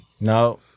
No